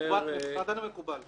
מבחינתנו מקובל.